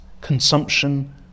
consumption